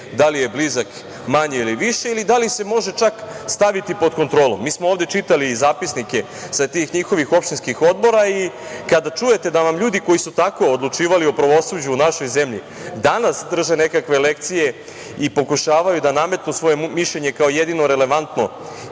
da li je blizak manje ili više, ili da li se može čak staviti pod kontrolu? Mi smo ovde čitali i zapisnike sa tih njihovih opštinskih odbora i kada čujete da vam ljudi koji su tako odlučivali o pravosuđu u našoj zemlji, danas drže nekakve lekcije i pokušavaju da nametnu svoje mišljenje kao jedino relevantno